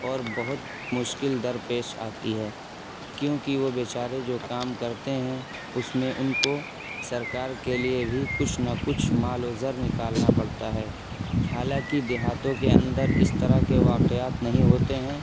اور بہت مشکل در پیش آتی ہے کیونکہ وہ بچارے جو کام کرتے ہیں اس میں ان کو سرکار کے لیے بھی کچھ نا کچھ مال و زر نکالنا پڑتا ہے حالاں کہ دیہاتوں کے اندر اس طرح کے واقعات نہیں ہوتے ہیں